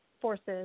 forces